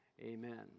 amen